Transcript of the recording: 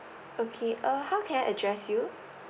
okay uh how can I address you